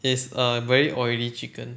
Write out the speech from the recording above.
is a very oily chicken